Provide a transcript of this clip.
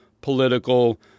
political